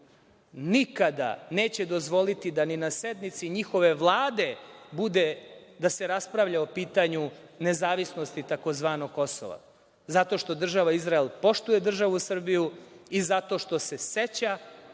nikada neće dozvoliti da bude ni na sednici njihove Vlade da se raspravlja o pitanju nezavisnosti tzv. Kosova zato što država Izrael poštuje državu Srbiju i zato što se seća